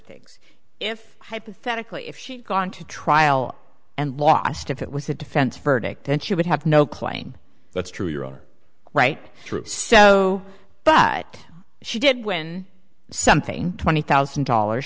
things if hypothetically if she'd gone to trial and lost if it was a defense verdict then she would have no claim that's true your honor right so but she did win something twenty thousand dollars